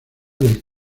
del